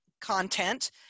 content